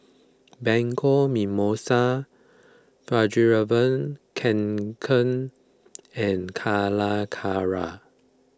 Bianco Mimosa Fjallraven Kanken and Calacara